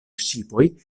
ŝipoj